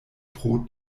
pro